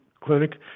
Clinic